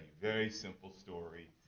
very simple story.